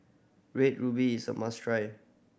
Red Ruby is a must try